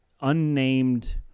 unnamed